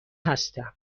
هستم